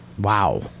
Wow